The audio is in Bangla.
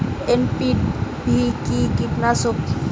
এন.পি.ভি কি কীটনাশক?